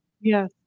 Yes